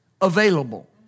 available